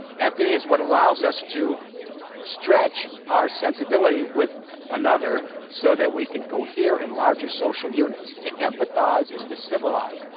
empathy is what allows us to stretch our sensibility with another so that we can cohere in larger social units. to empathize is to civilize,